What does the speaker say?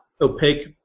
opaque